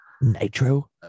Nitro